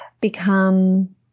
become